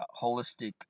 holistic